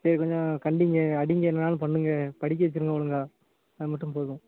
சரி கொஞ்சம் கண்டிங்க அடிங்க என்ன வேணாலும் பண்ணுங்க படிக்க வச்சிருங்க ஒழுங்காக அது மட்டும் போதும்